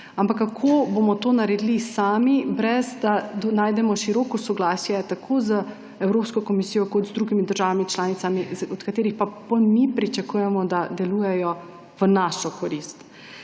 ampak kako bomo to naredili sami, brez da najdemo široko soglasje tako z Evropsko komisijo kot z drugimi državami članicami, od katerih pa potem mi pričakujemo, da delujejo v našo korist.